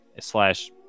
Slash